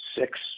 six